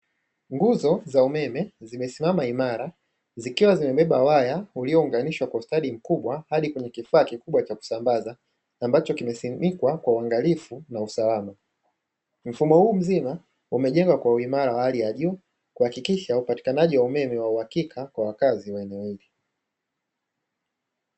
Nguzo za umeme zimesimama imara zikiwa zimebeba waya uliounganishwa kwa ustadi mkubwa hadi kwenye kifaa kikubwa cha kusambaza, ambacho kimesimikwa kwa uangalifu na usalama, mfumo huu mzima umejenga kwa uimara wa hali ya juu kuhakikisha upatikanaji wa umeme wa uhakika kwa wakazi wa eneo hili.